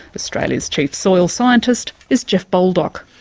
australia's chief soil scientist is jeff baldock.